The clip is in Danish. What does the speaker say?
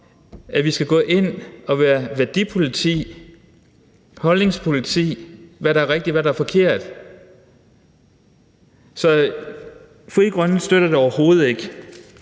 at vi skal gå ind og være værdipoliti, holdningspoliti for, hvad der er rigtigt, og hvad der er forkert. Så Frie Grønne støtter det overhovedet ikke.